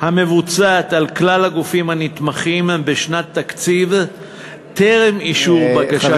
המבוצעת על כלל הגופים הנתמכים בשנת תקציב טרם אישור בקשת התמיכה,